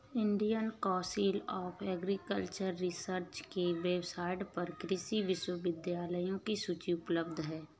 Indian council of agricultural research के website पर कृषि विश्वविद्यालयों की सूची उपलब्ध है